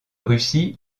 russie